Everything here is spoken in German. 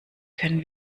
können